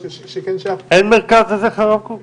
אין מרכז לזכר הרב קוק?